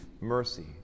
mercy